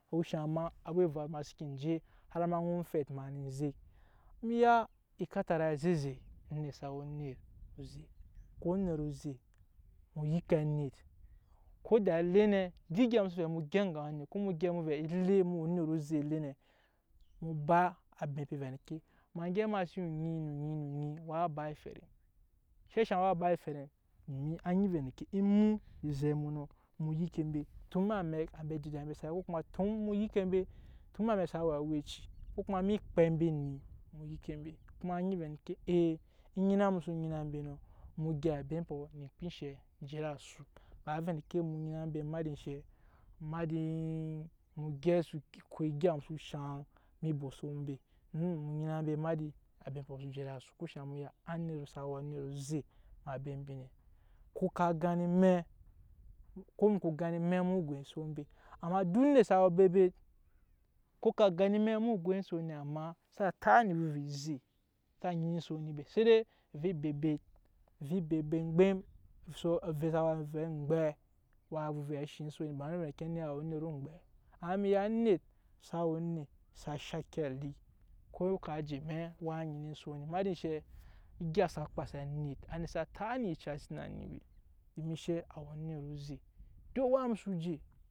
Ku shaŋ ema, a waa evaru ema se kente emu yi ekatarai e ze-eze onet sa we onyi zɛ emu ko onet oze o yike anet ko daa ele nɛ duk igya emuso vɛɛ emu gyep enge anet ko emu gyep emuvɛɛ ele emu we onet ozɛ ele nɛ emu ba abembe emuvɛ endeke ema gyep eman sen ya onet onyi onyi a waa ba eferem enshɛ shaŋ waa ba eferem? Domin anyi vɛ endeke emu eze mu emu yike embe tun eme amɛk ambe adoda mbe sa we ko kuma tun emu yike embe tun ena amek embe sa we aweii ko kuma eme ekpai embi eni emu yike embe kuma a nyi vɛ endeke ee enyinaa emu so nyina embe nɔ emu gyɛp abempɔ ne ete ede asu ba wai vɛ endeke emu ngina embe emada enshɛ emada emu gyɛp emu gyɛp emu so ko egya emu so shan obosoro me be ede asu ku shang emu ya anet sa we anet aze abem mbi ne amɛ emu go ensok embe, ama duk onet sa we obebet ko ka amma tsa taa ne ovɛ-vɛ oze na nyina ensok ni be se de ovɛ ebebet ve ebebet engbem waa vɛ ovɛ a shong onet omgbe ama emiya onet sa onet sa shaki ali ko ka je emɛ waa nyina ensok ni emada enshɛ egya sa kpase anet,-anet sa taa ne eyuca si na ni, domin enshɛ? A we onet ozɛ duk a waa emu soo je.